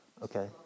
Okay